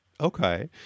Okay